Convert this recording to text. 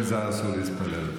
במנזר אסור להתפלל.